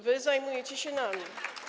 wy zajmujecie się nami.